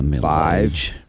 Five